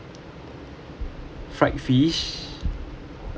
fried fish